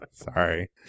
Sorry